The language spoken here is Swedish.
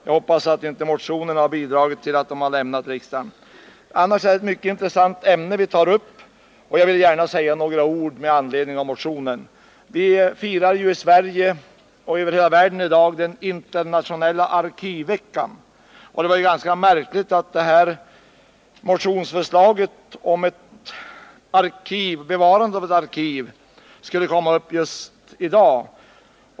Jag hoppas att inte motionen har bidragit till att de lämnat riksdagen. Annars är det ett mycket intressant ämne vi tagit upp, och jag vill säga några ord med anledning av motionen. Just nu firas över hela världen den internationella arkivveckan, och det är ganska märkligt att motionen om bevarande av ett arkiv skulle komma upp just i dag.